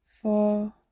four